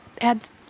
adds